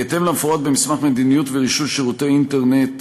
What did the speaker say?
בהתאם למפורט במסמך מדיניות ורישוי שירותי אינטרנט,